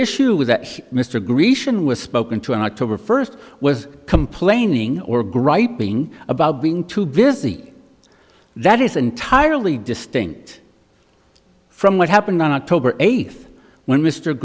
issue was that mr grecian was spoken to on october first was complaining or griping about being too busy that is entirely distinct from what happened on october eighth when mr